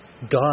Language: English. God